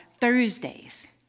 Thursdays